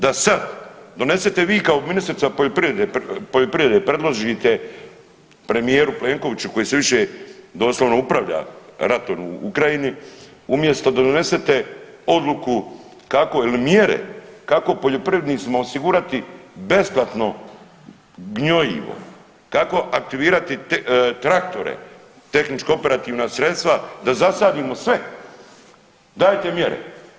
Da sad donesete vi kao ministrica poljoprivrede, poljoprivredne predložite premijeru Plenkoviću koji se više doslovno upravlja ratom u Ukrajini, umjesto da donesete odluku kako ili mjere kao poljoprivrednicima osigurati besplatno gnojivo, kako aktivirati traktore, tehničko operativna sredstva da zasadimo sve, dajte mjere.